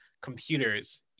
computers